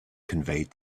conveyed